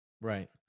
Right